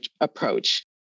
approach